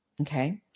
Okay